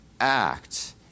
act